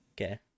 okay